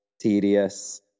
tedious